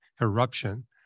eruption